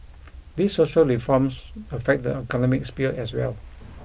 these social reforms affect the economic sphere as well